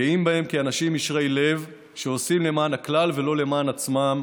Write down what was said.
גאים בהם כאנשים ישרי לב שעושים למען הכלל ולא למען עצמם,